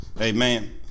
Amen